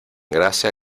gracia